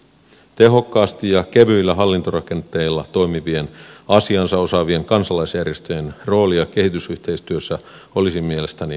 tehokkaasti ja kevyillä hallintorakenteilla toimivien asiansa osaavien kansalaisjärjestöjen roolia kehitysyhteistyössä olisi mielestäni vahvistettava